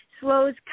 slows